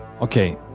okay